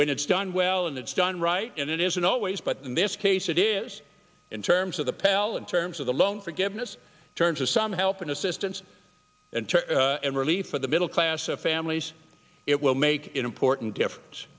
when it's done well and it's done right and it isn't always but in this case it is in terms of the pale in terms of the loan forgiveness terms of some help and assistance and relief for the middle class families it will make an important differen